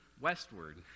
westward